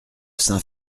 saint